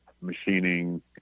machining